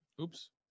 Oops